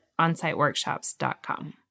onsiteworkshops.com